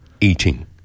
eating